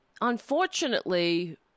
Unfortunately